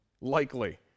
likely